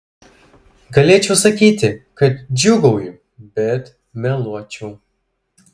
galėčiau sakyti kad džiūgauju bet meluočiau